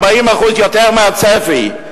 40% יותר מהצפי.